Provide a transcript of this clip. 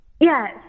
Yes